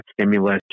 stimulus